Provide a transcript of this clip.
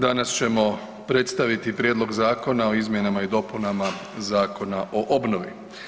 Danas ćemo predstaviti Prijedlog zakona o izmjenama i dopunama Zakona o obnovi.